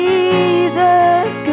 Jesus